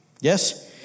Yes